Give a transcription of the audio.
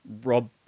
Rob